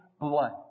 blood